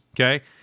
okay